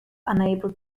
unable